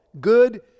good